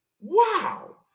wow